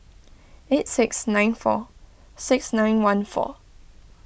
eight six nine four six nine one four